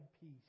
peace